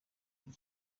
kuri